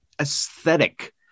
aesthetic